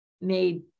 made